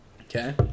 Okay